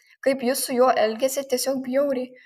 kaip ji su juo elgiasi tiesiog bjauriai